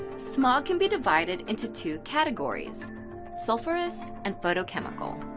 smog can be divided into two categories sulfurous and photochemical.